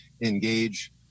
engage